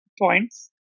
points